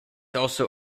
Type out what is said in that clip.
also